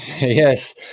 Yes